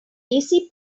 easy